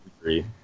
agree